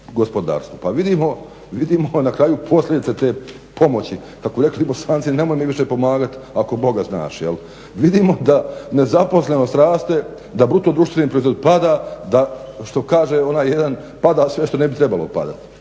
Pa vidimo na kraju posljedice te pomoći, kako bi rekli Bosanci, nemoj mi više pomagati ako Boga znaš, jel. Vidimo da nezaposlenost raste, da bruto društveni proizvod pada, da što kaže onaj jedan, pada sve što ne bi trebalo padati.